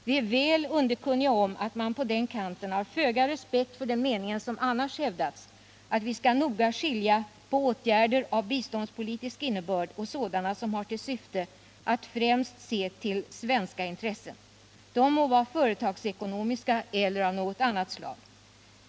Vi är väl underkunniga om att man på den kanten haft föga respekt för den mening som annars hävdas: att vi skall noga skilja på åtgärder av biståndspolitisk innebörd och sådana som har till syfte att främst se till svenska intressen; de må vara företagsekonomiska eller av något annat slag.